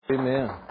Amen